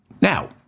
Now